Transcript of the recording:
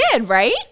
right